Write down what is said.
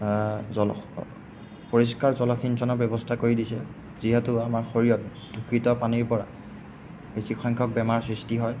জল পৰিষ্কাৰ জলসিঞ্চনৰ ব্যৱস্থা কৰি দিছে যিহেতু আমাৰ শৰীৰত দূষিত পানীৰপৰা বেছি সংখ্যক বেমাৰৰ সৃষ্টি হয়